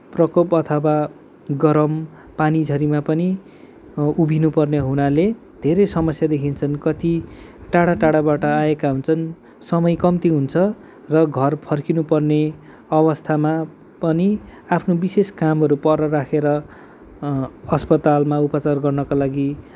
प्रकोप अथवा गरम पानी झरीमा पनि उभिनुपर्ने हुनाले धरै समस्याहरू देखिन्छन् कति टाढा टाढाबाट आएका हुन्छन् समय कम्ती हुन्छ र घर फर्किनुपर्ने अवस्थामा पनि आफ्नो विशेष कामहरू पर राखेर अस्पतालमा उपचार गर्नाका लागि